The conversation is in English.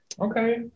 Okay